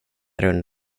rund